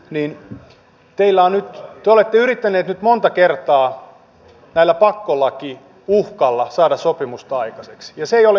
te olette yrittäneet nyt monta kertaa tällä pakkolakiuhkalla saada sopimusta aikaiseksi ja se ei ole onnistunut